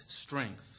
strength